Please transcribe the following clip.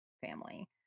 family